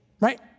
right